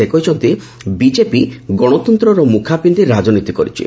ସେ କହିଛନ୍ତି ବିଜେପି ଗଣତନ୍ତ୍ରର ମୁଖା ପିନ୍ଧି ରାଜନୀତି କରିଛି